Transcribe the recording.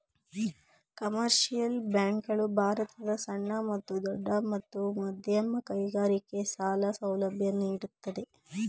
commercial bank ಗಳು ಭಾರತದ ಸಣ್ಣ ಮತ್ತು ದೊಡ್ಡ ಮತ್ತು ಮಧ್ಯಮ ಕೈಗಾರಿಕೆ ಸಾಲ ಸೌಲಭ್ಯ ನೀಡುತ್ತದೆ